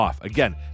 Again